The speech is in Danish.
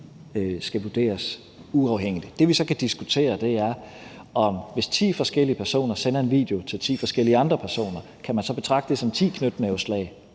skal vurderes uafhængigt. Det, vi så kan diskutere, er, om man, hvis ti forskellige personer sender en video til ti forskellige andre personer, så kan betragte det som ti knytnæveslag,